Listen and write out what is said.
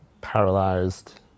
paralyzed